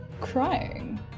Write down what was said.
crying